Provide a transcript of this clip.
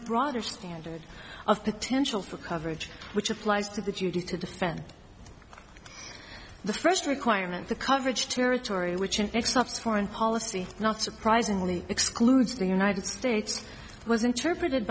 broader standard of potential for coverage which applies to the duty to defend the first requirement the coverage territory which in itself foreign policy not surprisingly excludes the united states was interpreted